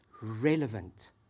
relevant